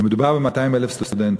ומדובר ב-200,000 סטודנטים.